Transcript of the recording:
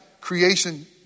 creation